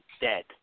dead